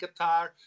Qatar